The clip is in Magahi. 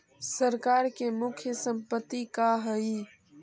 सरकार के मुख्य संपत्ति का हइ?